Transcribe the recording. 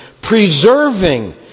preserving